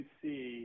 see